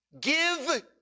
give